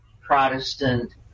Protestant